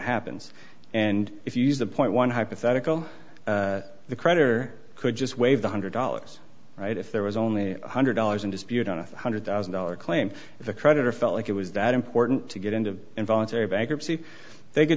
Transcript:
happens and if you use the point one hypothetical the creditor could just wave one one hundred dollars right if there was only one hundred dollars in dispute on a one hundred thousand dollars claim if the creditor felt like it was that important to get into involuntary bankruptcy they could